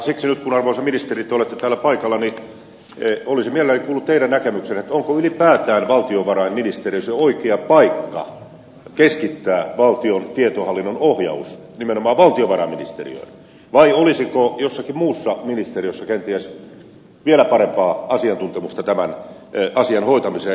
siksi nyt kun arvoisa ministeri te olette täällä paikalla olisin mielelläni kuullut teidän näkemyksenne onko ylipäätään valtiovarainministeriö se oikea paikka keskittää valtion tietohallinnon ohjaus nimenomaan valtiovarainministeriöön vai olisiko jossakin muussa ministeriössä kenties vielä parempaa asiantuntemusta tämän asian hoitamiseen